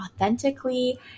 authentically